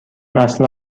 اصلا